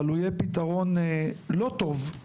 אבל הוא יהיה פתרון לא טוב,